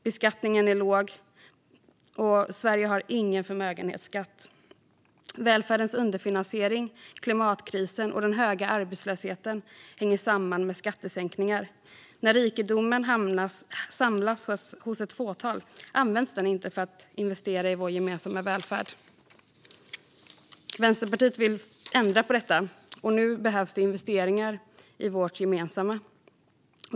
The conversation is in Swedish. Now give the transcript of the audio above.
Beskattningen är låg, och Sverige har ingen förmögenhetsskatt. Välfärdens underfinansiering, klimatkrisen och den höga arbetslösheten hänger samman med skattesänkningar. När rikedomen samlas hos ett fåtal används den inte för att investera i vår gemensamma välfärd. Vänsterpartiet vill ändra på detta. Nu behövs det investeringar i vårt gemensamma.